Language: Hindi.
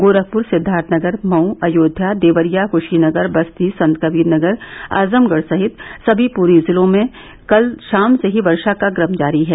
गोरखपुर सिद्वार्थनगर मऊ अयोध्या देवरिया कुशीनगर बस्ती संतकबीरनगर आजमगढ़ सहित सभी पूर्वी जिलों में कल शाम से ही वर्षा का क्रम जारी है